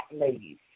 Ladies